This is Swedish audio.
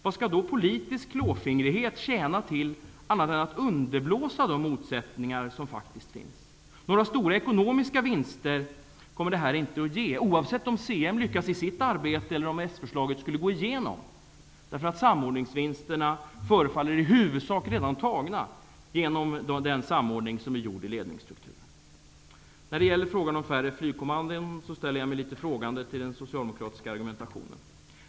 Vad skall då politisk klåfingrighet tjäna till, annat än att underblåsa de motsättningar som faktiskt finns? Några stora ekonomiska vinster kommer detta inte att ge, oavsett om chefen för Marinen lyckas i sitt arbete eller om s-förslaget går igenom. Samordningsvinsterna förefaller i huvudsak redan gjorda genom samordningen i ledningsstrukturen. I frågan om färre flygkommandon ställer jag mig frågande till den socialdemokratiska argumentationen.